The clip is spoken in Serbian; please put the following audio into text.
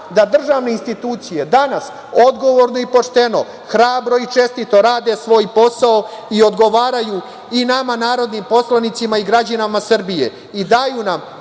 da državne institucije danas odgovorno i pošteno, hrabro i čestito rade svoj posao i odgovaraju i nama narodnim poslanicima i građanima Srbije i daju nam